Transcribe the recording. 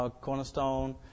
Cornerstone